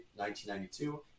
1992